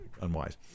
unwise